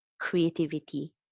creativity